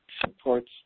supports